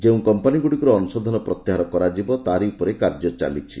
କେଉଁ କମ୍ପାନୀଗୁଡ଼ିକରୁ ଅଂଶଧନ ପ୍ରତ୍ୟାହାର କରାଯିବ ତାରି ଉପରେ କାର୍ଯ୍ୟ ଚାଲିଛି